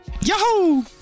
yahoo